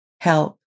help